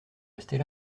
restez